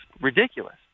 ridiculous